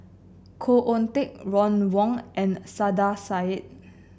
Khoo Oon Teik Ron Wong and Saiedah Said